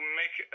make